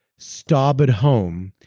starboard home,